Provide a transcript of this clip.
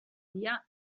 dia